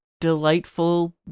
delightful